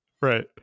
Right